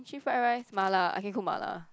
actually fried rice mala I can cook mala